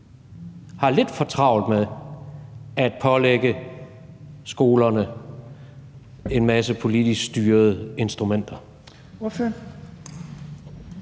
har lidt for travlt med at pålægge skolerne en masse politisk styrede instrumenter?